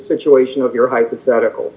situation of your hypothetical